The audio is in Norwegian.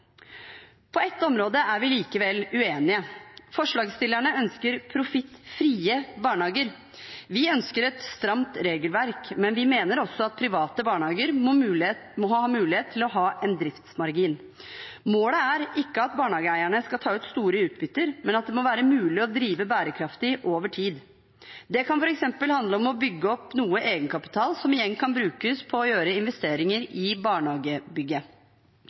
På ett område er vi likevel uenige. Forslagsstillerne ønsker profittfrie barnehager. Vi ønsker et stramt regelverk, men vi mener også at private barnehager må ha mulighet til å ha en driftsmargin. Målet er ikke at barnehageeierne skal ta ut store utbytter, men at det må være mulig å drive bærekraftig over tid. Det kan f.eks. handle om å bygge opp noe egenkapital, som igjen kan brukes til å gjøre investeringer i barnehagebygget.